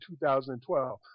2012